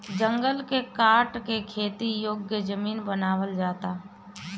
जंगल के काट के खेती योग्य जमीन बनावल जाता